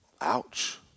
ouch